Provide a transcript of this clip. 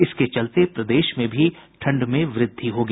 इसके चलते प्रदेश में भी ठंड में वृद्धि होगी